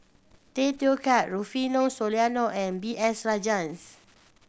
Tay Teow Kiat Rufino Soliano and B S Rajhans